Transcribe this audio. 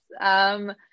yes